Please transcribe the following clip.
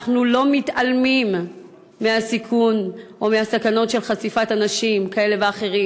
אנחנו לא מתעלמים מהסיכון או מהסכנות של חשיפת אנשים כאלה ואחרים.